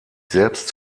selbst